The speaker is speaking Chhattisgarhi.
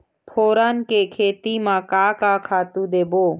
फोरन के खेती म का का खातू देबो?